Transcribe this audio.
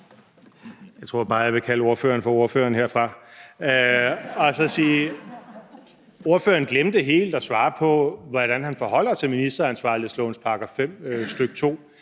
Jeg tror bare, jeg vil kalde ordføreren for ordføreren herfra og så sige, at ordføreren helt glemte at svare på, hvordan han forholder sig til ministeransvarlighedsloven § 5, stk. 2.